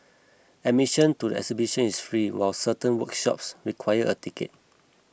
admission to the exhibition is free while certain workshops require a ticket